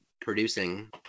producing